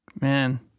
Man